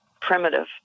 primitive